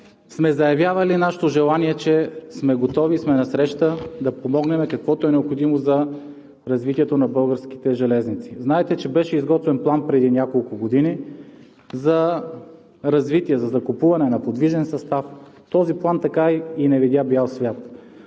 сме заявявали нашето желание, че сме готови, че сме насреща да помогнем каквото е необходимо за развитието на българските железници. Знаете, че беше изготвен план преди няколко години за развитие, за закупуване на подвижен състав. Този план така и не видя бял свят.